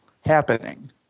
happening